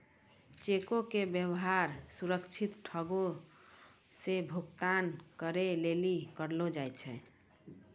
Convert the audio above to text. चेको के व्यवहार सुरक्षित ढंगो से भुगतान करै लेली करलो जाय छै